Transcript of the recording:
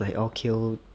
like all kale